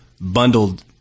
bundled